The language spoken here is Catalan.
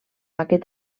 aquest